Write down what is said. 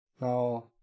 now